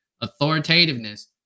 authoritativeness